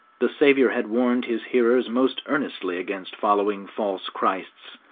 the saviour had warned his hearers most earnestly against following false christs.